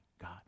God